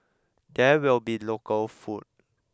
there will be local food